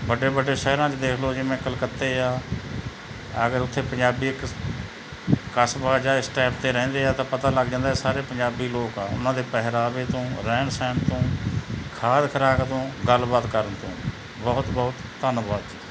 ਵੱਡੇ ਵੱਡੇ ਸ਼ਹਿਰਾਂ 'ਚ ਦੇਖ ਲਓ ਜਿਵੇਂ ਕਲਕੱਤੇ ਆ ਅਗਰ ਉੱਥੇ ਪੰਜਾਬੀ ਇੱਕ ਸ ਕਸਬਾ ਜਾਂ ਇਸ ਟੈਪ 'ਤੇ ਰਹਿੰਦੇ ਆ ਤਾਂ ਪਤਾ ਲੱਗ ਜਾਂਦਾ ਇਹ ਸਾਰੇ ਪੰਜਾਬੀ ਲੋਕ ਆ ਉਹਨਾਂ ਦੇ ਪਹਿਰਾਵੇ ਤੋਂ ਰਹਿਣ ਸਹਿਣ ਤੋਂ ਖਾਦ ਖੁਰਾਕ ਤੋਂ ਗੱਲਬਾਤ ਕਰਨ ਤੋਂ ਬਹੁਤ ਬਹੁਤ ਧੰਨਵਾਦ ਜੀ